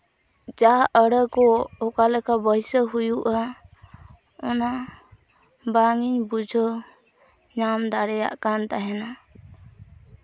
ᱡᱟᱦᱟᱸ ᱟᱹᱲᱟᱹ ᱠᱚ ᱚᱠᱟ ᱞᱮᱠᱟ ᱵᱟᱹᱭᱥᱟᱹᱣ ᱦᱩᱭᱩᱜᱼᱟ ᱚᱱᱟ ᱵᱟᱝ ᱤᱧ ᱵᱩᱡᱷᱟᱹᱣ ᱧᱟᱢ ᱫᱟᱲᱮᱭᱟᱜ ᱠᱟᱱ ᱛᱟᱦᱮᱱᱟ